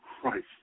Christ